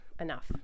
enough